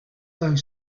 though